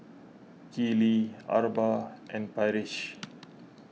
Keeley Arba and Parrish